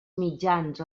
mitjans